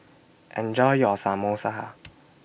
Enjoy your Samosa